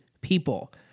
people